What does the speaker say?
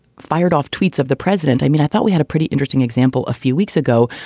fired off tweets of the president. i mean, i thought we had a pretty interesting example a few weeks ago,